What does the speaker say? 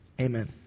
Amen